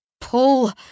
pull